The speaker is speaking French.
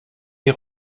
est